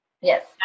yes